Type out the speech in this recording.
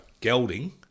gelding